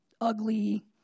ugly